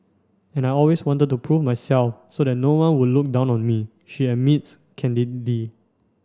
and I always wanted to prove myself so that no one would look down on me she admits candidly